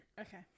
Okay